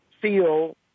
feel